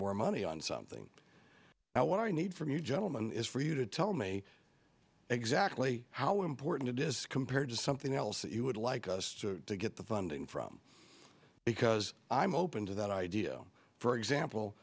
more money on something now what i need from you gentlemen is for you to tell me exactly how important it is compared to something else that you would like us to get the funding from because i'm open to that idea for example